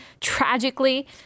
tragically